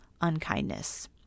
unkindness